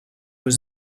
was